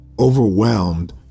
overwhelmed